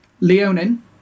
Leonin